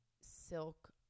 silk